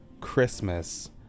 Christmas